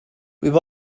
have